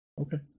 Okay